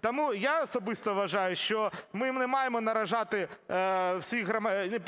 Тому я особисто вважаю, що ми не маємо наражати…